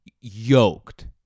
yoked